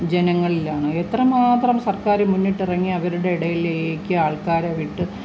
ജനങ്ങളിലാണ് എത്രമാത്രം സർക്കാരും മുന്നിട്ട് ഇറങ്ങി അവരുടെ ഇടയിലേക്ക് ആൾക്കാരെ വിട്ട്